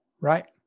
Right